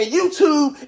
YouTube